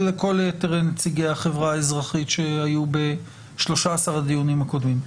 ולכל יתר נציגי החברה האזרחית שהיו ב-13 הדיונים הקודמים.